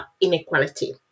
inequality